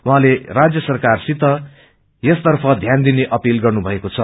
उहाँले राज्य सरकारसित यसतफ ध्यान दिने अपील गर्नुभएको छ